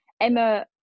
Emma